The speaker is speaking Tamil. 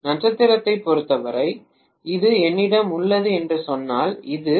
நட்சத்திரத்தைப் பொருத்தவரை இது என்னிடம் உள்ளது என்று சொன்னால் இது வி